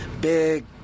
big